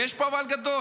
ויש פה אבל גדול,